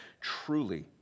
truly